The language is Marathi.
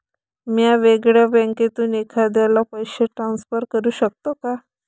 म्या वेगळ्या बँकेतून एखाद्याला पैसे ट्रान्सफर करू शकतो का?